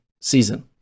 season